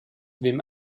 wem